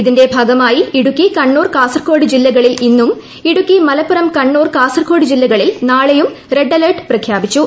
ഇതിന്റെ ഭാഗമായി ഇടുക്കി കണ്ണൂർ കാസർകോട് ജില്ലകളിൽ ഇന്നും ഇടുക്കി മലപ്പുറം കണ്ണൂർ കാസർകോഡ് നാളെയും റെഡ് അലെർട്ട് പ്രഖ്യാപിച്ചു